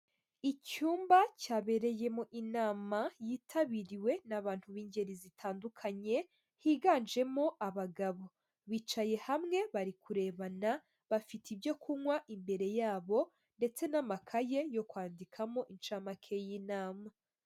Icyumba cyabereyemo inama yitabiriwe n'abantu b'ingeri zitandukanye higanjemo abagabo bicaye hamwe bari kurebana bafite ibyo kunywa imbere yabo ndetse n'amakaye yo kwandikamo incamake y'inama.